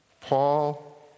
Paul